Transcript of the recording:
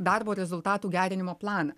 darbo rezultatų gerinimo planą